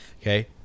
Okay